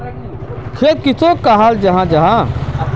खेत किसोक कहाल जाहा जाहा?